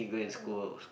oh